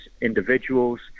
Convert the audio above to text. individuals